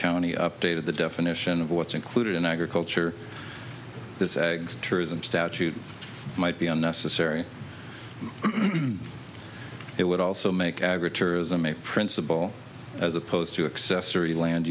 county updated the definition of what's included in agriculture this eggs tourism statute might be unnecessary it would also make agra tourism a principle as opposed to accessory land